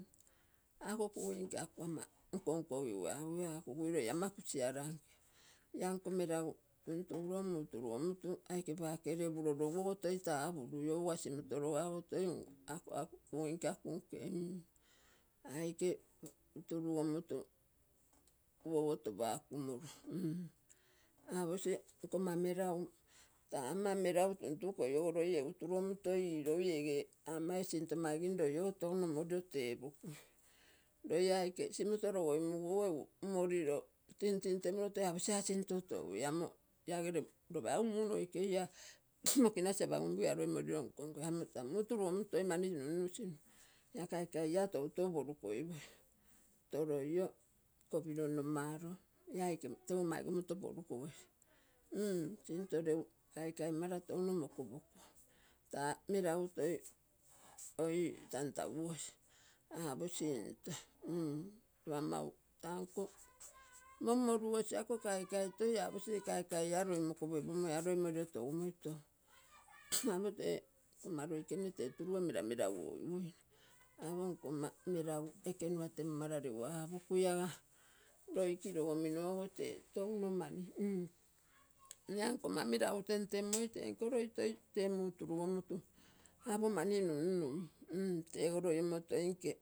Ako kugui taa pogomma nko nko gigui apogigui ako kugui taa loi ama kugiaranke ianko meragu tuntumo muu turugomu aike pake leego opuroro guogo toi tapurui. egu akou sintorosa egu akou kugui nke aku aike turugomutu uouotopakumoi. aposi nkomma meragu taa ama melagu tuntugu tego loi egu turugomutu toi iroui, ege ama sinto mai gin loi ogo touno sinto tepegui. loie aike simoto ugoinu guogo moriro tintin temurogo toi aposi aga sinto tou ee amo iagere lopa muu noikei mokinasi apogompigu loi moriro nko nko, amo taa muu turugomu toi mani nunnum la kaikai ia toutou porukoiposi toroi o kopiro nomaro ia aike mani nomoto porukogesi. sinto regu kaikai mara touno nokopokui taa melagu toi oim tuntagugosi aposinto lopa mau tanko, mommorugosi ako kaikai toi aposi, ia kaikai ia loi mokopoipoimoi ia loi mori ro togu moi amo tee nkomma loikene tee teruge mera mera guogiguine iago nkomma mulagu ekeua temumara egu aapokui aga loi kiro kominogo tee touno mani. ia nkomma melagu temtemu i tenko loi toi tee muu turugomutu apo mani nunnum tego loi noke nke.